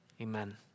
Amen